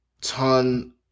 ton